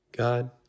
God